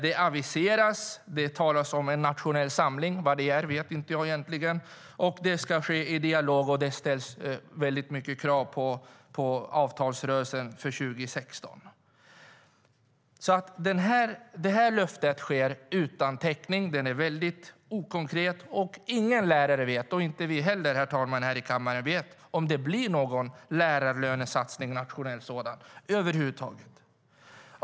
Det aviseras, det talas om en nationell samling - vad det är vet jag egentligen inte - och det ska ske i dialog, och det ställs väldigt mycket krav på avtalsrörelsen för 2016. Det är alltså ett löfte utan täckning. Det är väldigt okonkret. Ingen lärare vet om det blir någon nationell lärarlönesatsning över huvud taget, och det vet inte vi här i kammaren heller, herr talman.